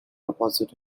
opposite